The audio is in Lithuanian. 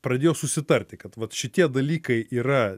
pradėjo susitarti kad vat šitie dalykai yra